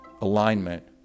alignment